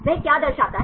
वह क्या दर्शाता है